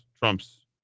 Trump's